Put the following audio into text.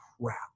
crap